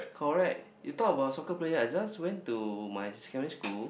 correct you talk about soccer player I just went to my secondary school